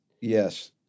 Yes